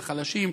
לחלשים,